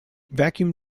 vacuum